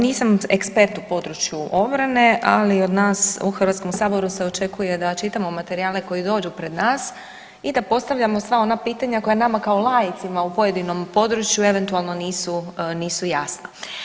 Nisam ekspert u području obrane, ali od nas u Hrvatskom saboru se očekuje da čitamo materijale koji dođu pred nas i da postavljamo sva ona pitanja koja nama kao laicima u pojedinom području eventualno nisu jasna.